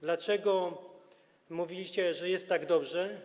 Dlaczego mówiliście, że jest tak dobrze?